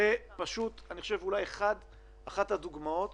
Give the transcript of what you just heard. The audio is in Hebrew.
זאת אחת הדוגמאות